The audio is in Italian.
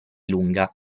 lunga